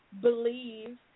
believe